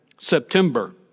September